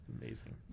Amazing